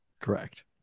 Correct